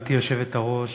גברתי יושבת-הראש,